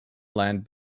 land